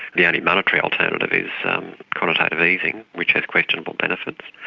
the only monetary alternative is um quantitative easing, which has questionable benefits.